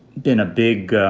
been a big